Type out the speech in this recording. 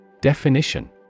Definition